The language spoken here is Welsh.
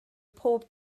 bob